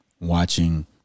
watching